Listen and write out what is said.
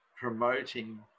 promoting